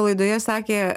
laidoje sakė